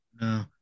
no